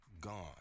Gone